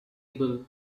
able